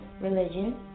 religion